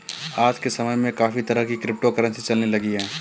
आज के समय में काफी तरह की क्रिप्टो करंसी चलने लगी है